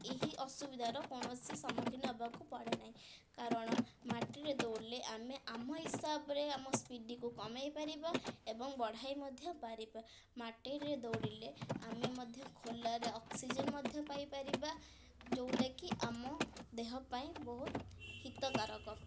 ଏହି ଅସୁବିଧାର କୌଣସି ସମ୍ମୁଖୀନ ହେବାକୁ ପଡ଼େ ନାହିଁ କାରଣ ମାଟିରେ ଦୌଡ଼ିଲେ ଆମେ ଆମ ହିସାବରେ ଆମ ସ୍ପିଡ଼୍କୁ କମାଇ ପାରିବା ଏବଂ ବଢ଼ାଇ ମଧ୍ୟ ପାରିବା ମାଟିରେ ଦୌଡ଼ିଲେ ଆମେ ମଧ୍ୟ ଖୋଲାରେ ଅକ୍ସିଜେନ୍ ମଧ୍ୟ ପାଇପାରିବା ଯେଉଁଟା କି ଆମ ଦେହ ପାଇଁ ବହୁତ ହିତକାରକ